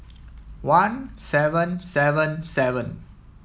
one seven seven seven